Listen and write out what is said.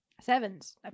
sevens